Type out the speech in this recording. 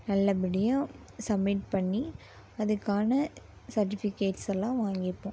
நல்லபடியாக சப்மிட் பண்ணி அதுக்கான சர்ட்டிஃபிகேட்ஸ் எல்லாம் வாங்கிப்போம்